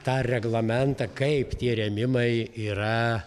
tą reglamentą kaip tie rėmimai yra